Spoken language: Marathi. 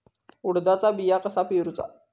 उडदाचा बिया कसा पेरूचा?